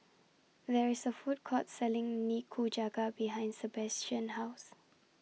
There IS A Food Court Selling Nikujaga behind Sabastian's House